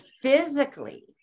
physically